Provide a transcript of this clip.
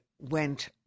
went